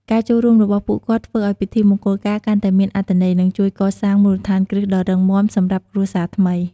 ការចូលរួមរបស់ពួកគាត់ធ្វើឲ្យពិធីមង្គលការកាន់តែមានអត្ថន័យ និងជួយកសាងមូលដ្ឋានគ្រឹះដ៏រឹងមាំសម្រាប់គ្រួសារថ្មី។